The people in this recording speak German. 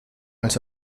als